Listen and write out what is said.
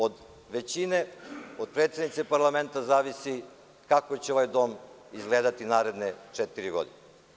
Od većine, od predsednice parlamenta zavisi kako će ovaj Dom izgledati naredne četiri godine.